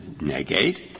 negate